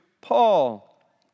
Paul